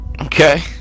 Okay